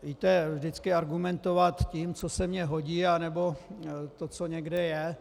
Víte, vždycky argumentovat tím, co se mně hodí, nebo to, co někde je...